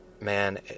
man